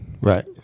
right